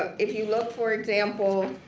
ah if you look for example